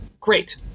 great